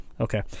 Okay